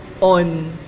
On